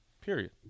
Period